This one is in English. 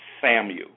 Samuel